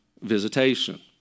visitation